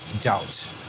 doubt